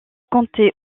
comptait